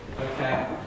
okay